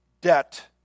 debt